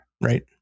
right